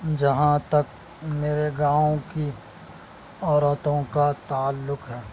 جہاں تک میرے گاؤں کی عورتوں کا تعلق ہے